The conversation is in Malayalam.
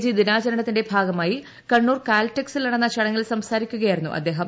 ജി ്ദീനാചരണത്തിന്റെ ഭാഗമായി കണ്ണൂർ കാൽടെക്സിൽ നടന്നി പ്രചടിങ്ങിൽ സംസാരിക്കുകയായി രുന്നു അദ്ദേഹം